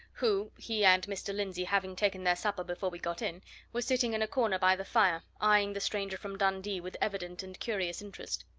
who he and mr. lindsey having taken their supper before we got in was sitting in a corner by the fire, eyeing the stranger from dundee with evident and curious interest.